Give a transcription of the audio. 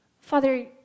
Father